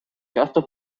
часто